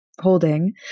Holding